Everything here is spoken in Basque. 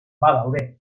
badaude